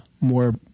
more